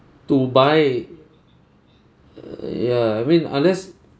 to buy err ya I mean unless